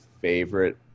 favorite